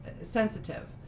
sensitive